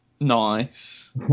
Nice